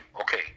Okay